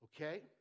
okay